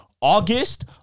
august